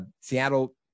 seattle